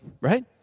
Right